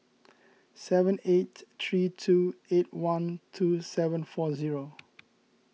seven eight three two eight one two seven four zero